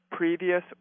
Previous